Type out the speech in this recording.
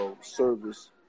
service